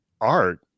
art